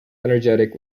energetic